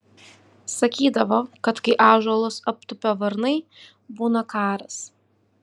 sakydavo kad kai ąžuolus aptupia varnai būna karas